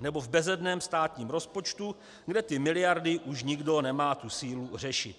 nebo v bezedném státním rozpočtu, kde ty miliardy už nikdo nemá sílu řešit.